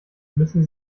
müssen